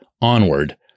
onward